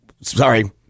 Sorry